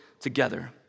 together